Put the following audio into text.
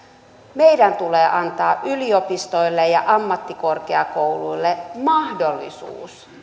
meidän tulee antaa yliopistoille ja ammattikorkeakouluille mahdollisuus